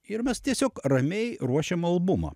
ir mes tiesiog ramiai ruošiam albumą